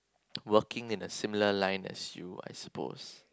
working in a similar line as you I suppose